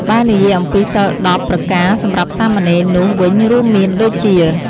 បើនិយាយអំពីសីល ១០ ប្រការសម្រាប់សាមណេរនោះវិញរួមមានដូចជា